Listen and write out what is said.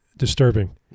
disturbing